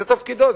זה תפקידו,